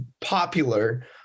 popular